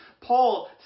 Paul